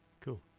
Cool